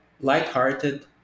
light-hearted